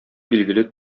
билгеле